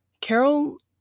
Carol